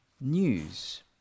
news